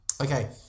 Okay